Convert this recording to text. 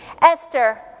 Esther